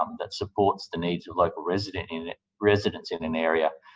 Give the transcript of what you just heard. um that supports the needs of local residents in residents in an area,